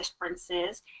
differences